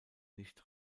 nicht